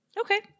Okay